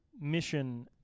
mission